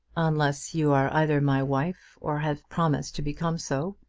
unless you are either my wife, or have promised to become so.